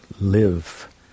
live